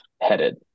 headed